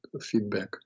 feedback